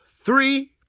three